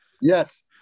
yes